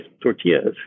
tortillas